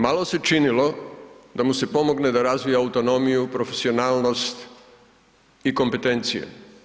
Malo se činilo da mu se pomogne da razvije autonomiju, profesionalnost i kompetencije.